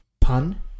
pun